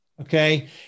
Okay